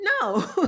no